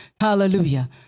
hallelujah